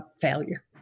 failure